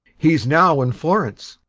he's now in florence.